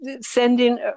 sending